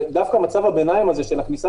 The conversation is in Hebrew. ודווקא מצב הביניים הזה של הכניסה